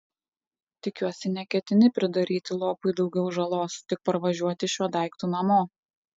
tikiuosi neketini pridaryti lopui daugiau žalos tik parvažiuoti šiuo daiktu namo